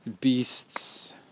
beasts